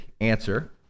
answer